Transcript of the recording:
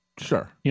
Sure